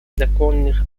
законных